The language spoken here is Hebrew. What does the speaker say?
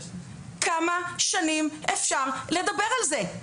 כמה שנים אפשר לדבר על זה?